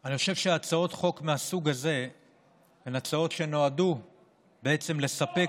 אני חושב שהצעות חוק מהסוג הזה הן הצעות שנועדו בעצם לספק